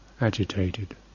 agitated